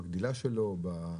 בגדילה שלו,